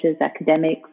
academics